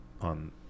on